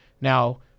Now